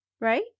right